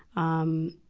um,